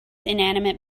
inanimate